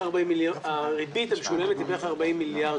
הריבית המשולמת היא בערך 40 מיליארד